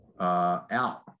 Out